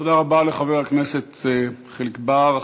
תודה רבה לחבר הכנסת חיליק בר.